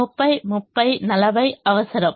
30 30 40 అవసరం